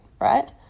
right